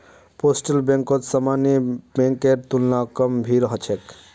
postal बैंकत सामान्य बैंकेर तुलना कम भीड़ ह छेक